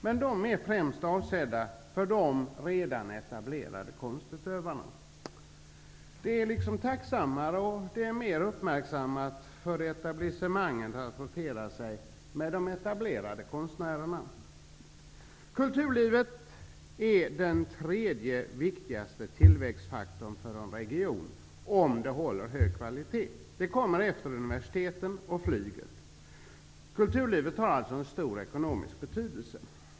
Men de är avsedda främst för de redan etablerade konstutövarna. Det är liksom tacksammare och blir mer uppmärksammat av etablissemanget att frottera sig med de etablerade konstnärerna. Kulturlivet är den tredje viktigaste tillväxtfaktorn för en region, om det håller hög kvalitet. Det kommer efter universiteten och flyget. Kulturlivet har alltså en stor ekonomisk betydelse.